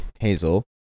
Hazel